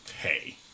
hey